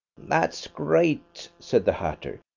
that's great, said the hatter.